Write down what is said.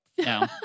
no